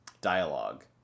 dialogue